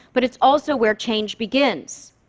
but it's also where change begins.